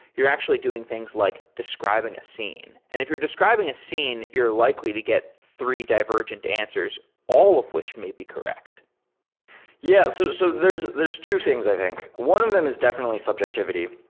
you're actually doing things like describing a scene. and if you're describing a scene, you're likely to get three divergent answers, all of which may be correct yeah. so so there's there's two things, i think one of them is definitely subjectivity.